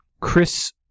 Chris